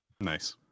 Nice